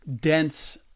dense